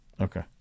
Okay